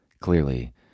Clearly